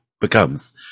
becomes